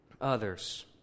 others